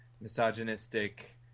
misogynistic